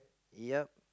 ya